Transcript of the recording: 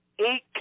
eight